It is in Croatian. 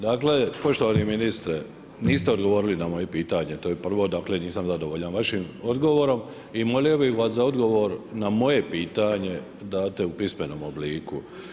Dakle, poštovani ministre niste odgovorili na moje pitanje, to je prvo, dakle, nisam zadovoljan vašim odgovorom i molio bih vas za odgovor da moje pitanje date u pismenom obliku.